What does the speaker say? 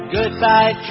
Goodbye